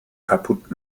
kaputt